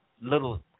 little